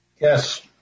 Yes